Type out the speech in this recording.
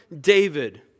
David